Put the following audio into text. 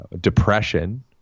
depression